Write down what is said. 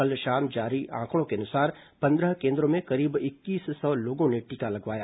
कल शाम जारी आंकड़ों के अनुसार पंद्रह केन्द्रों में करीब इक्कीस सौ लोगों ने टीका लगवाया